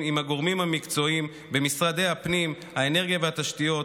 עם הגורמים המקצועיים במשרד הפנים והאנרגיה והתשתיות,